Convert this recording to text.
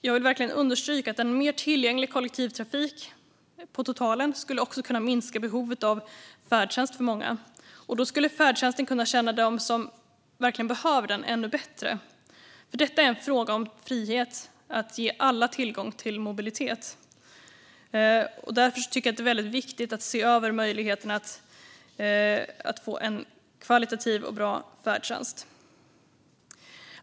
Jag vill verkligen understryka att en mer tillgänglig kollektivtrafik på totalen också skulle kunna minska behovet av färdtjänst för många. Då skulle färdtjänsten kunna tjäna dem som verkligen behöver den ännu bättre. Detta är en fråga om frihet, att ge alla tillgång till mobilitet. Därför är det väldigt viktigt att se över möjligheterna att få en kvalitativ och bra färdtjänst.